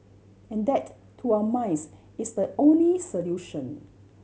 and that to our minds is the only solution